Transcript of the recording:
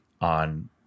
on